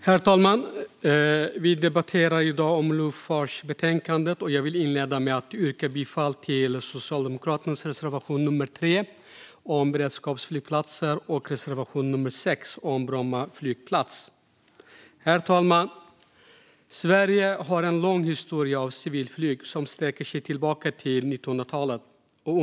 Herr talman! Vi debatterar i dag betänkandet om luftfart. Jag vill inleda med att yrka bifall till Socialdemokraternas reservation 3 om beredskapsflygplatser och reservation 6 om Bromma flygplats. Herr talman! Sverige har en lång historia av civilflyg, som sträcker sig tillbaka till 1920-talet.